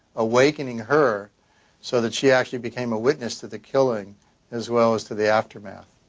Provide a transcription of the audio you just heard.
awakening her so that she actually became a witness to the killing as well as to the aftermath.